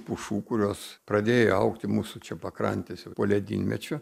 pušų kurios pradėjo augti mūsų čia pakrantėse po ledynmečiu